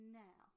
now